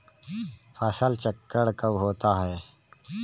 फसल चक्रण कब होता है?